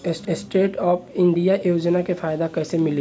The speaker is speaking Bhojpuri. स्टैंडअप इंडिया योजना के फायदा कैसे मिली?